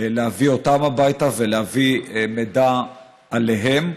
להביא אותם הביתה ולהביא מידע עליהם.